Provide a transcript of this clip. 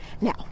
now